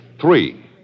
Three